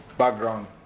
background